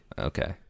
Okay